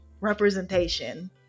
representation